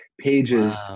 pages